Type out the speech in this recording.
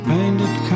Painted